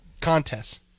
contests